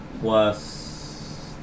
plus